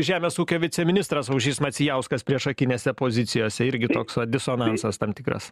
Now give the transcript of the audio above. žemės ūkio viceministras aušrys macijauskas priešakinėse pozicijose irgi toks disonansas tam tikras